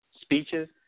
speeches